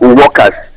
workers